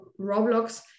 Roblox